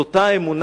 את אותה אמונה,